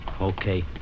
Okay